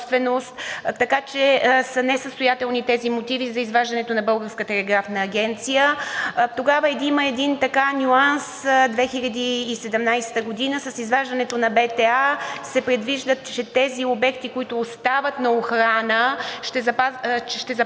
така че са несъстоятелни тези мотиви за изваждането на Българската телеграфна агенция. Тогава има един нюанс – 2017 г., с изваждането на БТА се предвиждаше тези обекти, които остават на охрана, че ще заплащат